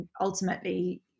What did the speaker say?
Ultimately